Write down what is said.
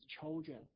children